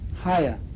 higher